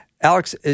Alex